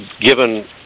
given